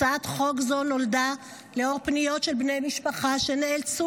הצעת חוק זו נולדה לאור פניות של בני משפחת שנאלצו